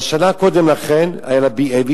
אבל שנה קודם לכן היה לה BA,